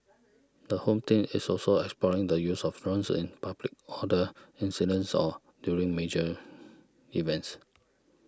the Home Team is also exploring the use of drones in public order incidents or during major events